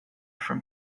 from